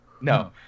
No